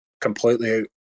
completely